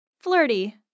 flirty